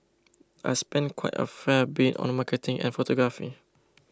I spend quite a fair bit on marketing and photography